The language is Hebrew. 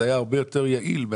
זה היה הרבה יותר יעיל.